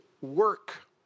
work